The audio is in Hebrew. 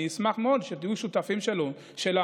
אני אשמח מאוד שתהיו שותפים שלנו,